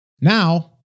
now